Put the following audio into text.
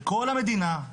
בכל המדינה,